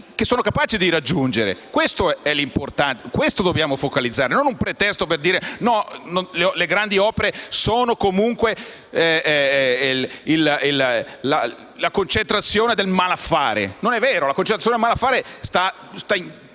che sono capaci di raggiungere. Questo è l'importante, su questo dobbiamo focalizzarci e non cercare un pretesto per dire che le grandi opere sono comunque la concentrazione del malaffare. Non è vero; la concentrazione del malaffare